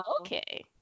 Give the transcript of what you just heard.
okay